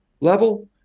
level